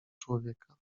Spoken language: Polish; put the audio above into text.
człowieka